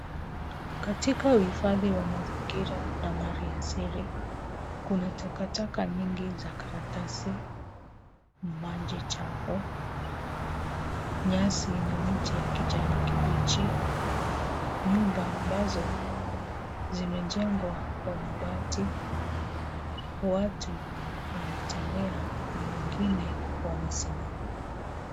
Katika uhifadhi wa mazingira na mali asili kuna takataka nyingi za karatasi, maji chafu, nyasi na miti ya kijani kibichi, nyumba ambazo zimejengwa kwa mabati, watu wanatembea na wengine wamesimama.